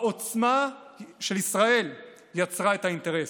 העוצמה של ישראל יצרה את האינטרס.